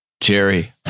Jerry